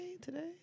Today